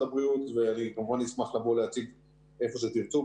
הבריאות ואני כמובן אשמח לבוא להציג איפה שתרצו,